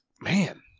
man